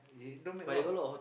they don't make a lot of